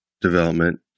development